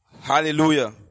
Hallelujah